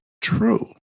true